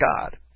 God